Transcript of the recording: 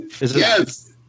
Yes